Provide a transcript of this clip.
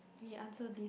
we answer this